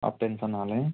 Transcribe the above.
आप टेन्सन ना लें